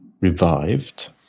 revived